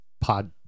Pod